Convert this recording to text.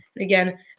again